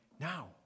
now